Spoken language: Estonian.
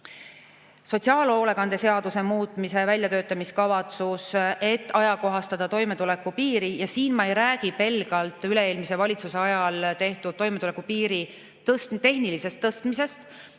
sotsiaalhoolekande seaduse muutmise väljatöötamiskavatsus, et ajakohastada toimetulekupiiri. Siin ma ei räägi pelgalt üle-eelmise valitsuse ajal tehtud toimetulekupiiri tehnilisest tõstmisest,